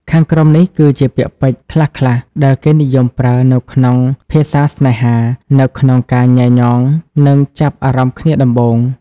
ខាងក្រោមនេះគឺជាពាក្យពេចន៍ខ្លះៗដែលគេនិយមប្រើនៅក្នុងភាសាស្នេហា នៅក្នុងការញ៉ែញ៉ង និងចាប់អារម្មណ៍គ្នាដំបូង។